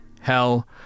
hell